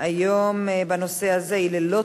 החמור של נכי צה"ל מול אגף השיקום יעבור לדיון בוועדת